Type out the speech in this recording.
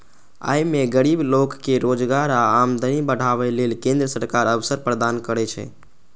अय मे गरीब लोक कें रोजगार आ आमदनी बढ़ाबै लेल केंद्र सरकार अवसर प्रदान करै छै